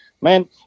man